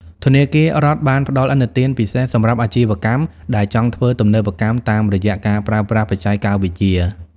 ធនាគាររដ្ឋបានផ្ដល់ឥណទានពិសេសសម្រាប់អាជីវកម្មដែលចង់ធ្វើទំនើបកម្មតាមរយៈការប្រើប្រាស់បច្ចេកវិទ្យា។